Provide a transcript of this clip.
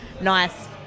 nice